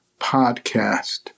podcast